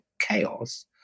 chaos